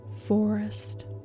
forest